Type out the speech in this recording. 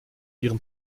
ihrem